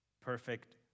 perfect